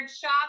shop